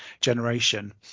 generation